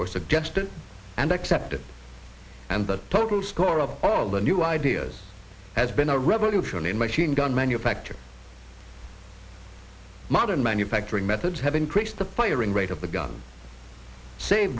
or suggested and accepted and the total score of all the new ideas has been a revolution in machine gun manufacture modern manufacturing methods have increased the firing rate of the gun safe